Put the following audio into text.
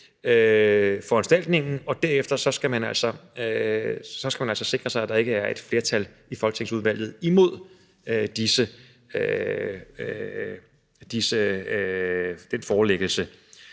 foranstaltningerne, og derefter skal man altså sikre sig, at der ikke er et flertal i folketingsudvalget imod disse